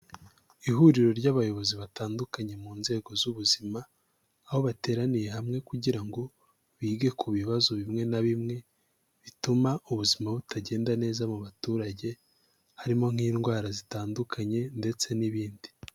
Ihuriro ry'abayobozi batandukanye mu nzego z'ubuzima, aho bateraniye hamwe kugira ngo bige ku bibazo bimwe na bimwe, bituma ubuzima butagenda neza mu baturage, harimo nk'indwara zitandukanye ndetse n'ibindi.